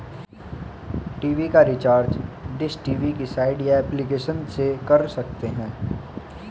TV का recharge dish TV की site या एप्लीकेशन से कर सकते है